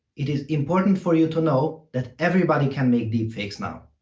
it is important for you to know that everybody can make deepfakes now.